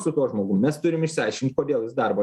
su tuo žmogum mes turim išsiaiškint kodėl jis darbo